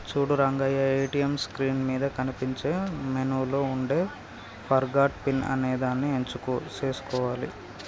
చూడు Rangayya ATM screen మీద కనిపించే మెనూలో ఉండే ఫర్గాట్ పిన్ అనేదాన్ని ఎంచుకొని సేసుకోవాలి